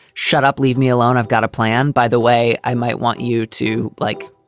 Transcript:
shut up, leave me alone. i've got a plan. by the way, i might want you to, like,